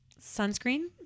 sunscreen